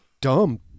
dumb